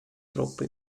troppo